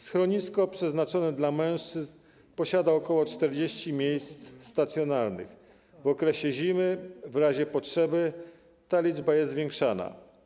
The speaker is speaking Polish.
Schronisko przeznaczone dla mężczyzn posiada ok. 40 miejsc stacjonarnych, w okresie zimy w razie potrzeby ta liczba jest zwiększana.